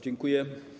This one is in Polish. Dziękuję.